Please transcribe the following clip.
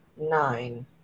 nine